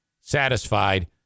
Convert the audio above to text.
satisfied